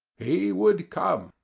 he would come.